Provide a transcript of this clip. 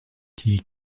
qui